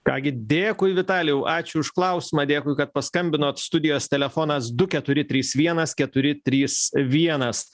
ką gi dėkui vitalijau ačiū už klausimą dėkui kad paskambinot studijos telefonas du keturi trys vienas keturi trys vienas